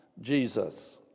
Jesus